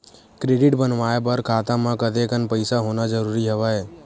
Credit बनवाय बर खाता म कतेकन पईसा होना जरूरी हवय?